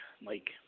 Mike